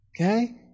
okay